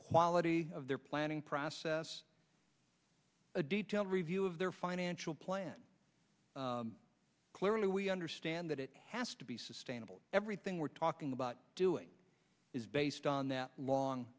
quality of their planning process a detailed review of their financial plan clearly we understand that it has to be sustainable everything we're talking about doing is based on that long